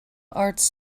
arts